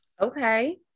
Okay